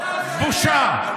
בושה.